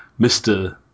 Mr